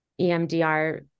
EMDR